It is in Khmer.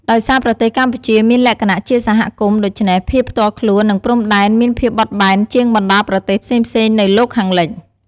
ដោយសារប្រទេសកម្ពុជាមានលក្ខណៈជាសហគមន៍ ដូច្នេះ ភាពផ្ទាល់ខ្លួន និង ព្រំដែន មានភាពបត់បែនជាងបណ្តាប្រទេសផ្សេងៗនៅលោកខាងលិច។